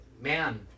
Man